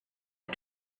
are